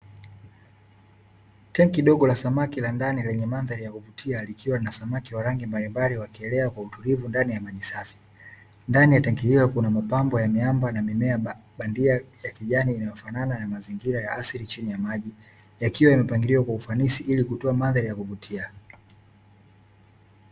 Tenki dogo la samaki la ndani, lenye mandhari ya kuvutia, likiwa na samaki wa rangi mbalimbali wakielea kwa utulivu ndani ya maji safi. Ndani ya tenki hilo kuna mapambo ya miamba na mimea bandia ya kijani inayofanana na mazingira ya asili chini ya maji, yakiwa yamepangiliwa kwa ufanisi ili kutoa mandhari ya kuvutia.